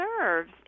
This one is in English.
serves